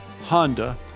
Honda